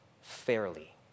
fairly